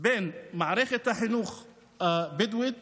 בין מערכת החינוך הבדואית